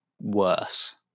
worse